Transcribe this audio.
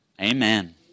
Amen